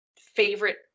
favorite